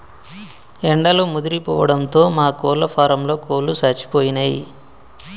ఎండలు ముదిరిపోవడంతో మా కోళ్ళ ఫారంలో కోళ్ళు సచ్చిపోయినయ్